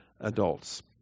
adults